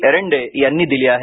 एरंडे यांनी दिली आहे